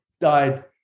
died